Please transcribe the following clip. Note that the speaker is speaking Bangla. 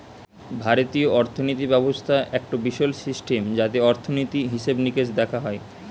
ভারতীয় অর্থিনীতি ব্যবস্থা একটো বিশাল সিস্টেম যাতে অর্থনীতি, হিসেবে নিকেশ দেখা হয়